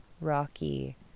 rocky